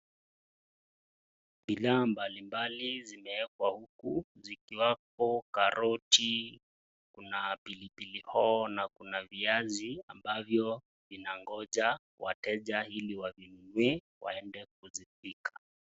Bidhaa mbalimbali zimewekwa huku, zikiwapo karoti, kuna pilipili hoho na kuna viazi, ambavyo vinangoja wateja ili wavinunue waende kuzipika.